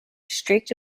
streaked